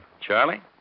Charlie